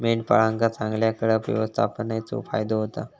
मेंढपाळांका चांगल्या कळप व्यवस्थापनेचो फायदो होता